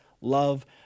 love